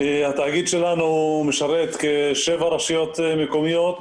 התאגיד שלנו משרת כשבע רשויות מקומיות.